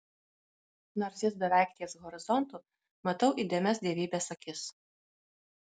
nors jis beveik ties horizontu matau įdėmias dievybės akis